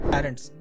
Parents